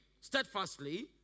steadfastly